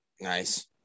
Nice